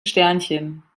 sternchen